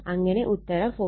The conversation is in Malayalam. അങ്ങനെ ഉത്തരം 42